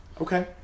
Okay